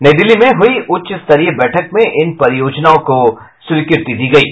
नई दिल्ली में हुयी उच्च स्तरीय बैठक में इन परियोजनाओं को स्वीकृति दी गयी